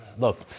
Look